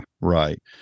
right